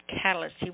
catalyst